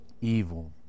evil